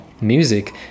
music